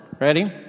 Ready